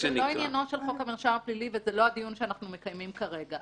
זה לא עניינו של חוק המרשם הפלילי וזה לא הדיון שאנחנו מקיימים כרגע.